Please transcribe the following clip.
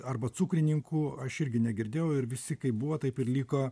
arba cukrininkų aš irgi negirdėjau ir visi kaip buvo taip ir liko